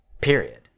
Period